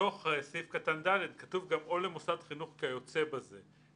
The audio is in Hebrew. בתוך סעיף קטן (ד) כתוב "או למוסד חינוך כיוצא בזה".